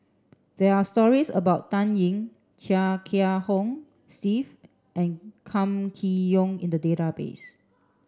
there are stories about Dan Ying Chia Kiah Hong Steve and Kam Kee Yong in the database